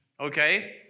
Okay